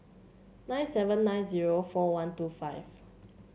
nine seven nine zero four one two five